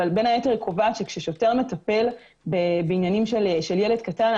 ובין היתר קובעת שכששוטר מטפל בענייני ילד קטן,